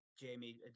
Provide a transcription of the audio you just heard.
Jamie